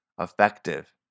Effective